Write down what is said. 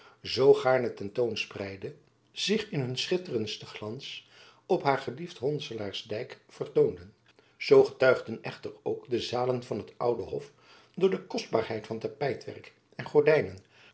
zoo gaarne ten toon spreidde zich in hun schitterendsten glans op haar geliefd honselaarsdijk vertoonden zoo getuigden echter ook de zalen van het oude hof door de kostbaarheid van tapijtwerk en gordijnen